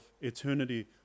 eternity